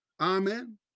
Amen